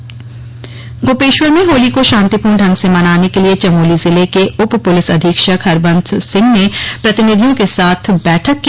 होली की धूम जारी गोपेश्वर में होली को शांतिपूर्ण ढंग से मनाने के लिए चमोली जिले के उप पुलिस अधीक्षक हरबंस सिंह ने प्रतिनिधियों के साथ बैठक की